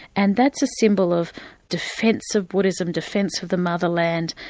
and that's a symbol of defence of buddhism, defence of the mother land,